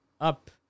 up